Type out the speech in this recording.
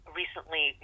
recently